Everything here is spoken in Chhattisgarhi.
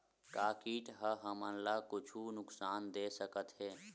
का कीट ह हमन ला कुछु नुकसान दे सकत हे?